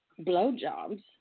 blowjobs